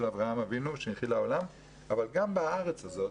אברהם אבינו שהנחיל לעולם אבל גם בארץ הזאת,